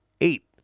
Eight